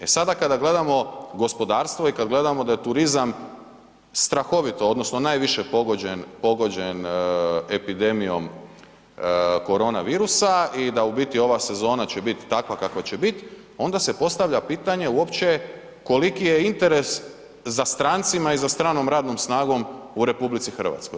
E sada kada gledamo gospodarstvo i kad gledamo da je turizam strahovito odnosno najviše pogođen, pogođen epidemijom korona virusa i da u biti ova sezona će biti takva kakva će biti onda se postavlja pitanje uopće koliki je interes za strancima i za stranom radnom snagom u RH.